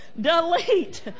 delete